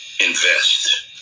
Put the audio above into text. invest